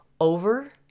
over